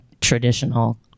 traditional